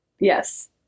Yes